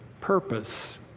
purpose